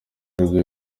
rwe